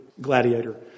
Gladiator